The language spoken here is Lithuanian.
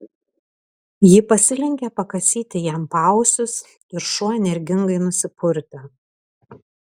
ji pasilenkė pakasyti jam paausius ir šuo energingai nusipurtė